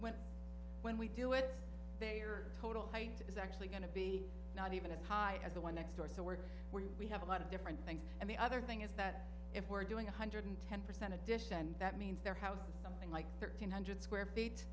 went when we do it they are total height is actually going to be not even as high as the one next door so we're where we have a lot of different things and the other thing is that if we're doing one hundred ten percent addition and that means there house something like thirteen hundred square feet